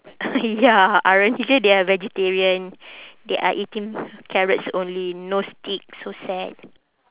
ya ironically they are vegetarian they are eating carrots only no steak so sad